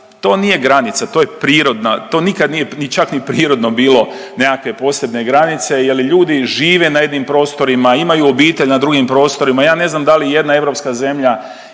to nije granica, to je prirodna, to nikad nije čak ni prirodno bilo nekakve posebne granice jer ljudi žive na jednim prostorima, imaju obitelj na drugim prostorima. Ja ne znam da li i jedna europska zemlja